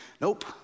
nope